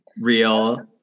Real